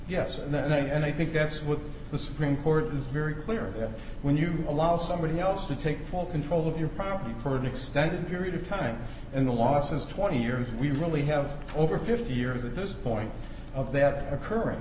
yes and then and i think that's what the supreme court is very clear that when you allow somebody else to take full control of your problem for an extended period of time in the last as twenty years if we really have over fifty years at this point of that occurring